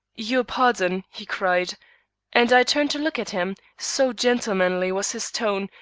your pardon, he cried and i turned to look at him, so gentlemanly was his tone,